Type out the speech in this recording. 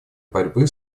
борьбы